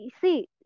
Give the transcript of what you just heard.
see